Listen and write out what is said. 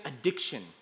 addiction